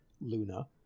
Luna